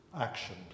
action